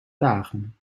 dagen